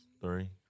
three